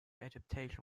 adaptation